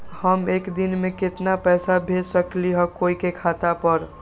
हम एक दिन में केतना पैसा भेज सकली ह कोई के खाता पर?